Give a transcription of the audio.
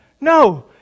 No